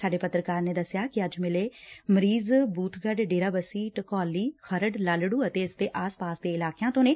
ਸਾਡੇ ਪੱਤਰਕਾਰ ਨੇ ਦਸਿਆ ਕਿ ਅੱਜ ਮਿਲੇ ਨਵੇਂ ਮਰੀਜ਼ ਬੂਬਗੜ੍ਜ ਡੇਰਾਬੱਸੀ ਢਕੋਲੀ ਖਰਤ ਲਾਲਤੁ ਅਤੇ ਇਸ ਦੇ ਆਸ ਪਾਸ ਦੇ ਇਲਾਕਿਆਂ ਤੋਂ ਹਨ